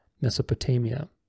Mesopotamia